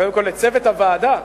קודם כול לצוות הוועדה,